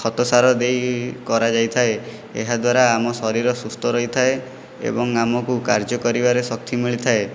ଖତ ସାର ଦେଇ କରାଯାଇଥାଏ ଏହା ଦ୍ଵାରା ଆମ ଶରୀର ସୁସ୍ଥ ରହିଥାଏ ଏବଂ ଆମକୁ କାର୍ଯ୍ୟ କରିବାରେ ଶକ୍ତି ମିଳିଥାଏ